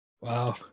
wow